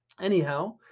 Anyhow